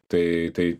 tai tai